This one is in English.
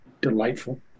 Delightful